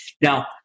now